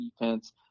defense